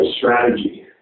strategy